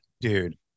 dude